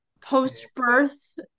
post-birth